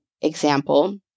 example